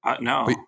no